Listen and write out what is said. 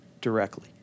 directly